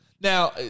Now